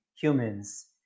humans